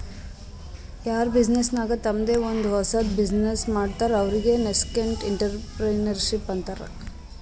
ಯಾರ್ ಬಿಸಿನ್ನೆಸ್ ನಾಗ್ ತಂಮ್ದೆ ಒಂದ್ ಹೊಸದ್ ಬಿಸಿನ್ನೆಸ್ ಮಾಡ್ತಾರ್ ಅವ್ರಿಗೆ ನಸ್ಕೆಂಟ್ಇಂಟರಪ್ರೆನರ್ಶಿಪ್ ಅಂತಾರ್